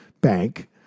bank